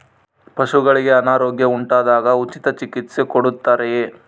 ಪಶುಗಳಿಗೆ ಅನಾರೋಗ್ಯ ಉಂಟಾದಾಗ ಉಚಿತ ಚಿಕಿತ್ಸೆ ಕೊಡುತ್ತಾರೆಯೇ?